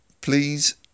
please